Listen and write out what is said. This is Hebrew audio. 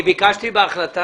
אני ביקשתי שבהחלטה